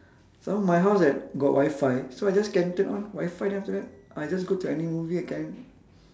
some more my house have got wi-fi so I just can turn on wi-fi then after that I just go to any movie I can